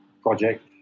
project